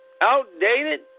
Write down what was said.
Outdated